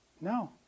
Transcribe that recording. No